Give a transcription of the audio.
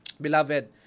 beloved